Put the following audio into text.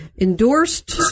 endorsed